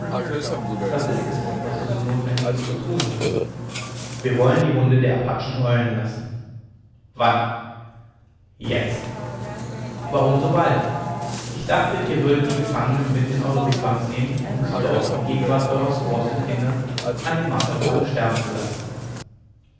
was ist es was du so notwendiges zu tun hast wir wollen die hunde der apachen heulen lassen wann jetzt warum so bald ich dachte ihr würdet die gefangenen mit in eure wigwams nehmen um sie dort in gegenwart eurer squaws und kinder an dem marterpfahle sterben zu lassen